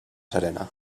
serena